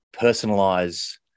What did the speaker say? personalize